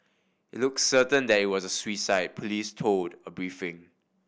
it looks certain that it was a suicide police told a briefing